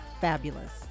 fabulous